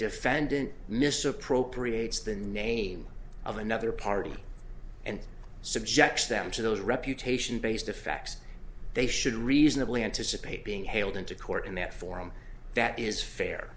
defendant misappropriate the name of another party and subjects them to those reputation based effects they should reasonably anticipate being hailed into court in that forum that is fair